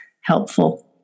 helpful